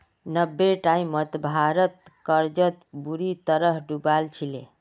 नब्बेर टाइमत भारत कर्जत बुरी तरह डूबाल छिले